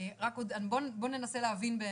אם אפשר רק להשלים את מה